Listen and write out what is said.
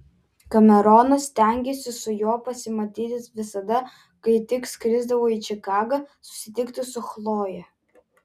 kameronas stengėsi su juo pasimatyti visada kai tik skrisdavo į čikagą susitikti su chloje